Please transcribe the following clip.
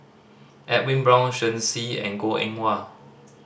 Edwin Brown Shen Xi and Goh Eng Wah